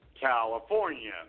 California